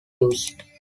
used